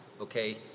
okay